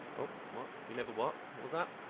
oh what? he never what? what was that?